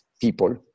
people